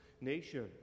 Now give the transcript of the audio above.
nation